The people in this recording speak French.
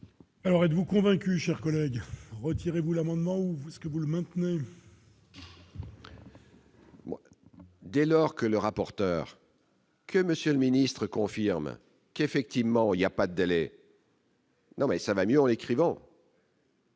Alors êtes-vous convaincu, chers collègues, retirez-vous l'amendement ou est-ce que vous le maintenez. Dès lors que le rapporteur. Que monsieur le ministre confirme qu'effectivement il y a pas d'aller. Non mais ça va mieux en l'écrivant.